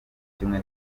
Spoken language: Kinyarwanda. kimwe